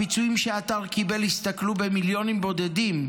הפיצויים שהאתר קיבל הסתכמו במיליונים בודדים,